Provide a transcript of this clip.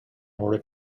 order